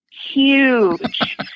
huge